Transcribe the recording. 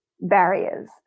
barriers